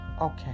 okay